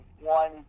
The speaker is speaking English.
one